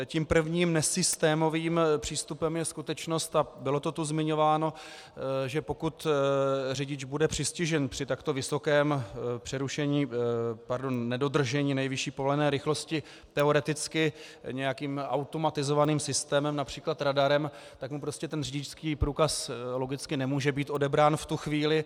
Tím prvním nesystémovým přístupem je skutečnost, a bylo to tu zmiňováno, že pokud řidič bude přistižen při takto vysokém nedodržení nejvyšší povolené rychlosti teoreticky nějakým automatizovaným systémem, například radarem, tak mu prostě ten řidičský průkaz logicky nemůže být odebrán v tu chvíli.